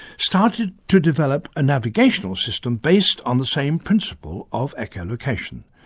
started to develop a navigational system based on the same principle of echolocation.